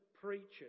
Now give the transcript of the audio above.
preachers